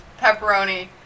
pepperoni